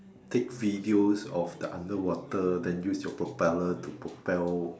take videos of the underwater then use your propellers to propel